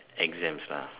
exams ah